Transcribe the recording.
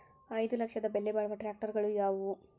ಐದು ಲಕ್ಷದ ಬೆಲೆ ಬಾಳುವ ಟ್ರ್ಯಾಕ್ಟರಗಳು ಯಾವವು?